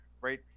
right